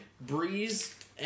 Breeze